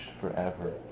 forever